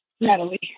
Natalie